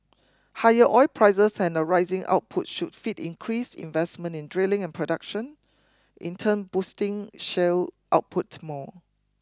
higher oil prices and rising output should feed increased investment in drilling and production in turn boosting shale output more